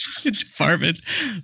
department